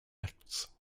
acts